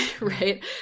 right